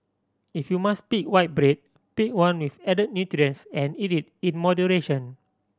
if you must pick white bread pick one with add nutrients and eat it in moderation